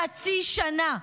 חצי שנה.